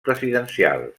presidencials